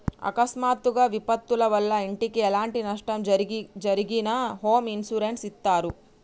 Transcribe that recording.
అకస్మాత్తుగా విపత్తుల వల్ల ఇంటికి ఎలాంటి నష్టం జరిగినా హోమ్ ఇన్సూరెన్స్ ఇత్తారు